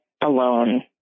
alone